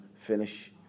finish